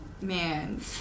Man